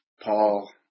Paul